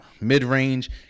mid-range